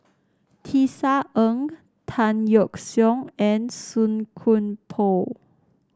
Tisa Ng Tan Yeok Seong and Song Koon Poh